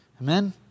Amen